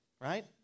right